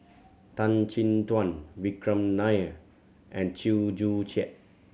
Tan Chin Tuan Vikram Nair and Chew Joo Chiat